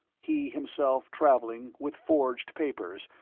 he himself traveling, with forged papers,